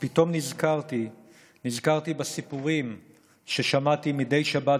ופתאום נזכרתי בסיפורים ששמעתי מדי שבת